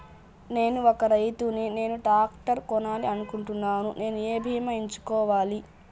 నేను ఒక రైతు ని నేను ట్రాక్టర్ కొనాలి అనుకుంటున్నాను నేను ఏ బీమా ఎంచుకోవాలి?